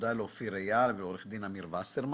תודה לאופיר אייל ולעורך דין אמיר וסרמן.